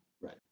Right